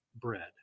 bread